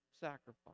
sacrifice